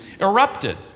erupted